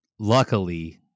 Luckily